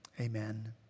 amen